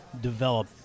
develop